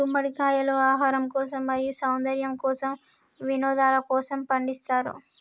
గుమ్మడికాయలు ఆహారం కోసం, మరియు సౌందర్యము కోసం, వినోదలకోసము పండిస్తారు